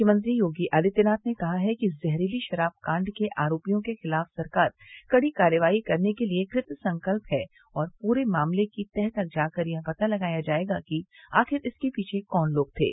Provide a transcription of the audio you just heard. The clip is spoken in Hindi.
मुख्यमंत्री योगी आदित्यनाथ ने कहा है कि जहरीली शराब कांड के आरोपियों के खिलाफ सरकार कड़ी कार्रवाई करने के लिये कृत संकल्प है और पूरे मामले की तह तक जाकर यह पता लगाया जायेगा कि आखिर इसके पीछे कौन लोग थे